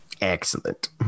excellent